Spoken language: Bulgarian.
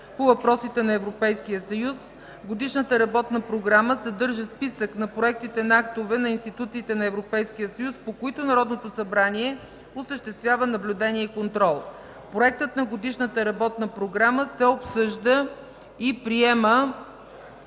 по въпросите на Европейския съюз. Годишната работна програма съдържа списък на проектите на актове на институциите на Европейския съюз, по които Народното събрание осъществява наблюдение и контрол. Проектът на Годишната работна програма се обсъжда и приема